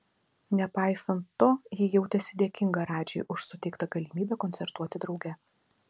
nepaisant to ji jautėsi dėkinga radžiui už suteikta galimybę koncertuoti drauge